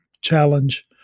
challenge